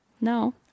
No